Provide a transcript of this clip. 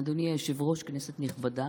אדוני היושב-ראש, כנסת נכבדה,